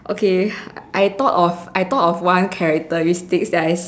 okay I thought of I thought of one characteristics that I see